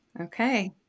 Okay